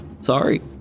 Sorry